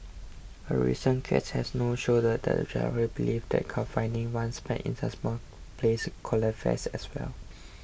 a recent case has know shown that the judiciary believes that confining one's pet in that small place qualifies as well